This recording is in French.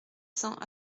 cents